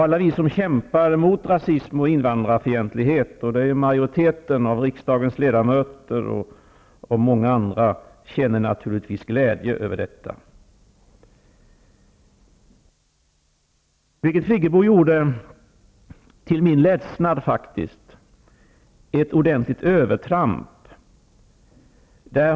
Alla vi som kämpar mot rasism och invandrarfientlighet, och det är ju majoriteten av riksdagens ledamöter och även många andra, känner naturligtvis glädje över detta. Birgit Friggebo gjorde, till min ledsnad faktiskt, ett ordentligt övertramp.